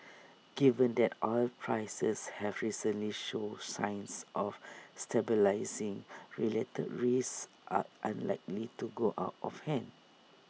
given that oil prices have recently showed signs of stabilising related risks are unlikely to go out of hand